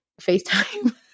Facetime